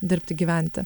dirbti gyventi